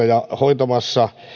ja hoitamassa